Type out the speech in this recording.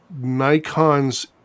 Nikon's